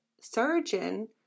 surgeon